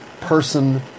person